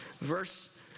verse